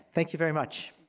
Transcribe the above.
thank you very much.